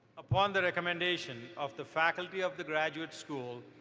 upon the recommendation of the faculty of the graduate school,